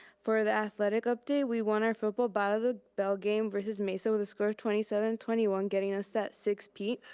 for the athletic update, we won our football battle of the bell game versus mesa with a score of twenty seven, twenty one, getting us that six-peat.